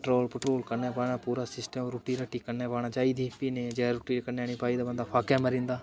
petrol कन्नै पाना पूरा सिस्टम रुट्टी रट्टी कन्नै पानी चाहिदी ते भी जेल्लै रुट्टी कन्नै निं पाई दी ते बंदा फाकै मरी जंदा